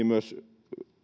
myös